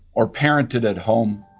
or parented at home,